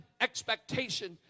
expectation